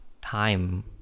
time